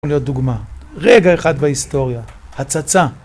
יכול להיות דוגמה, רגע אחד בהיסטוריה, הצצה